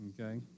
okay